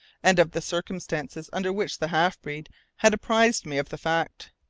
and of the circumstances under which the half-breed had apprised me of the fact.